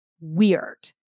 weird